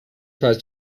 tries